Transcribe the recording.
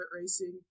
racing